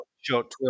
short